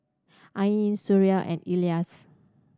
Ain Suria and Elyas